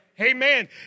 Amen